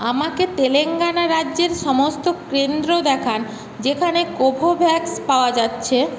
আমাকে তেলেঙ্গানা রাজ্যের সমস্ত কেন্দ্র দেখান যেখানে কোভোভ্যাক্স পাওয়া যাচ্ছে